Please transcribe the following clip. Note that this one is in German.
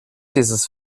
dieses